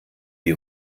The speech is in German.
die